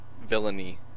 villainy